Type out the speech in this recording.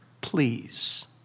Please